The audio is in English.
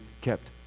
kept